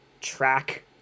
track